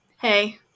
hey